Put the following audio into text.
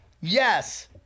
yes